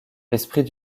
esprit